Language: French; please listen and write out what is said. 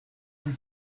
plus